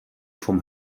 vom